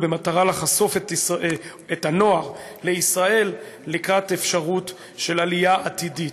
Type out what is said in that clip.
במטרה לחשוף את הנוער לישראל לקראת אפשרות של עלייה עתידית.